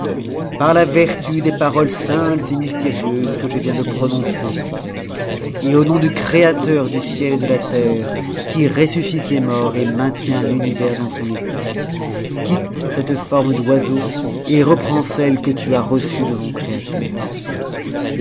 par la vertu des paroles saintes et mystérieuses que je viens de prononcer dit eue et a nom du créateur du ciel et de la terre qui ressuscite les morts et maintient l'univers dans son état quitte cette forme d'oiseau et reprends ce que tu as reçue de ton créateur